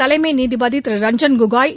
தலைமை நீதிபதி திரு ரஞ்சன் கோகோய்